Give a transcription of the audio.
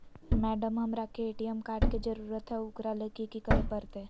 Madam, हमरा के ATM card के जरूरत है ऊकरा ले की की करे परते?